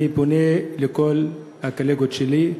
אני פונה לכל הקולגות שלי.